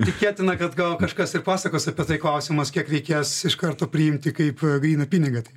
tikėtina kad gal kažkas ir pasakos apie tai klausimas kiek reikės iš karto priimti kaip gryną pinigą